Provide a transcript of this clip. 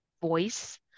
voice